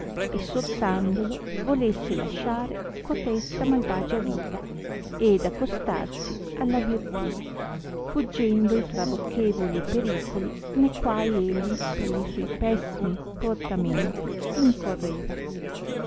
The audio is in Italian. essortandolo volesse lasciare cotesta malvagia vita ed accostarsi alla virtù fuggendo i trabocchevoli pericoli ne quai egli per li suoi pessimi portamenti incorreva